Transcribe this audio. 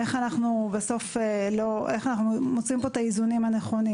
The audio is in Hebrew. איך אנו מוצאים את האיזונים הנכונים